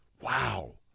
wow